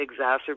exacerbate